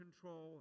control